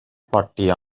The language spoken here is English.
party